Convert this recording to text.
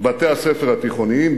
בתי-הספר התיכוניים.